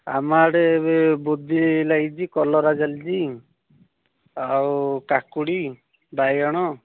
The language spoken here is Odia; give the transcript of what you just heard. ଆମ ଆଡ଼େ ଏବେ ବୁଜି ଲାଗିଛି କଲରା ଚାଲିଛି ଆଉ କାକୁଡ଼ି ବାଇଗଣ